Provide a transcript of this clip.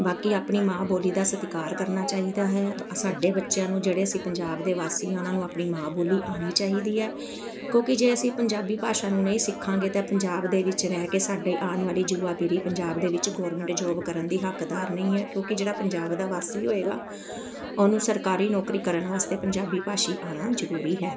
ਬਾਕੀ ਆਪਣੀ ਮਾਂ ਬੋਲੀ ਦਾ ਸਤਿਕਾਰ ਕਰਨਾ ਚਾਹੀਦਾ ਹੈ ਸਾਡੇ ਬੱਚਿਆਂ ਨੂੰ ਜਿਹੜੇ ਅਸੀਂ ਪੰਜਾਬ ਦੇ ਵਾਸੀ ਹਾਂ ਉਹਨਾਂ ਨੂੰ ਆਪਣੀ ਮਾਂ ਬੋਲੀ ਆਉਣੀ ਚਾਹੀਦੀ ਹੈ ਕਿਉਂਕਿ ਜੇ ਅਸੀਂ ਪੰਜਾਬੀ ਭਾਸ਼ਾ ਨੂੰ ਨਹੀਂ ਸਿੱਖਾਂਗੇ ਤਾਂ ਪੰਜਾਬ ਦੇ ਵਿੱਚ ਰਹਿ ਕੇ ਸਾਡੇ ਆਉਣ ਵਾਲੀ ਯੁਵਾ ਪੀੜੀ ਪੰਜਾਬ ਦੇ ਵਿੱਚ ਗੌਰਮੈਂਟ ਜੋਬ ਕਰਨ ਦੀ ਹੱਕਦਾਰ ਨਹੀਂ ਹੈ ਕਿਉਂਕਿ ਜਿਹੜਾ ਪੰਜਾਬ ਦਾ ਵਾਸੀ ਹੋਏਗਾ ਉਹਨੂੰ ਸਰਕਾਰੀ ਨੌਕਰੀ ਕਰਨ ਵਾਸਤੇ ਪੰਜਾਬੀ ਭਾਸ਼ਾ ਆਉਣਾ ਜ਼ਰੂਰੀ ਹੈ